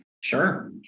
Sure